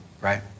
Right